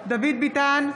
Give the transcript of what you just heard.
דוד ביטן,